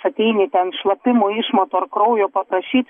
ateini ten šlapimo išmatų ar kraujo paprašyt